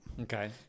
Okay